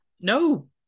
no